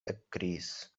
ekkriis